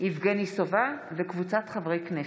יבגני סובה, עודד פורר,